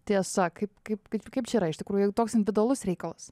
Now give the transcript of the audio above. tiesa kaip kaip kad kaip čia yra iš tikrųjų toks individualus reikalas